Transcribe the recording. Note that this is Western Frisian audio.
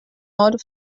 âlde